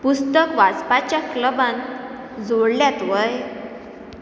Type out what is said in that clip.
पुस्तक वाचपाच्या क्लबान जोडल्यात वय